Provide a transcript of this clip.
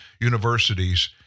universities